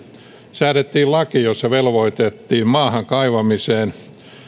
säädettiin laki jossa velvoitettiin maahan kaivamiseen